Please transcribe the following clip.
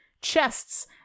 chests